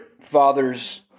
fathers